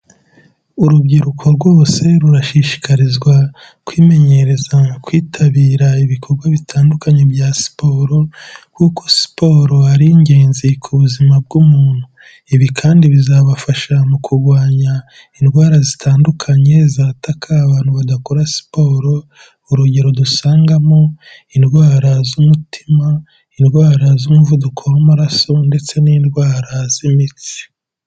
Urubyiruko rwose, rurashishikarizwa kwimenyereza kwitabira ibikorwa bitandukanye bya siporo, kuko siporo ari ingenzi ku buzima bw'umuntu, ibi kandi bizabafasha mu kurwanya indwara zitandukanye zataka abantu badakora siporo, urugero dusangamo indwara z'umutima, indwara z'umuvuduko w'amaraso, ndetse n'indwara z'imitsi.